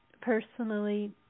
personally